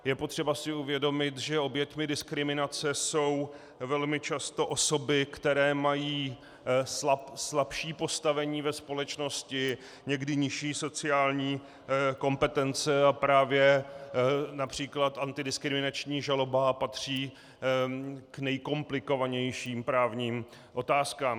Je potřeba si uvědomit, že oběťmi diskriminace jsou velmi často osoby, které mají slabší postavení ve společnosti, někdy nižší sociální kompetence, a právě např. antidiskriminační žaloba patří k nejkomplikovanějším právním otázkám.